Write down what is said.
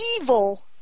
evil